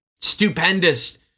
Stupendous